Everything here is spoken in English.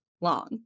long